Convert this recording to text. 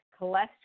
cholesterol